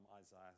Isaiah